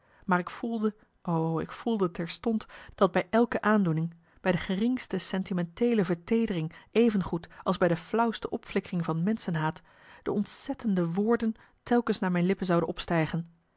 maar ik voelde o ik voelde terstond dat bij elke aandoening bij de geringste sentimenteele verteedering even goed als bij de flauwste opflikkering van menschenhaat de ontzettende woorden telkens naar mijn lippen zouden opstijgen